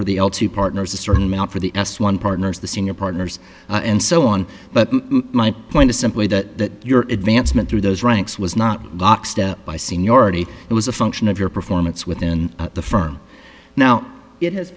for the l two partners a certain amount for the s one partner's the senior partners and so on but my point is simply that your advancement through those ranks was not lockstep by seniority it was a function of your performance within the firm now it has